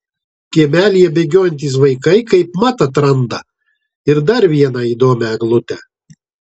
kiemelyje bėgiojantys vaikai kaip mat atranda ir dar vieną įdomią eglutę